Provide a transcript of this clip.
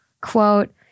Quote